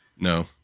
No